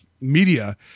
media